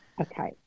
Okay